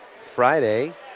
Friday